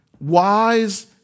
Wise